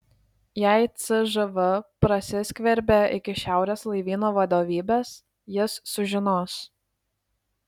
jei cžv prasiskverbė iki šiaurės laivyno vadovybės jis sužinos